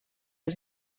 els